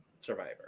Survivor